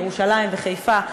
ירושלים וחיפה,